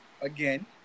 Again